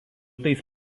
tais